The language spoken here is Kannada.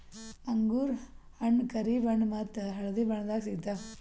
ಅಂಗೂರ್ ಹಣ್ಣ್ ಕರಿ ಬಣ್ಣ ಮತ್ತ್ ಹಳ್ದಿ ಬಣ್ಣದಾಗ್ ಸಿಗ್ತವ್